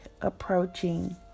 approaching